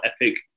epic